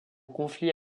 conflit